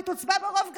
והיא תוצבע ברוב גדול,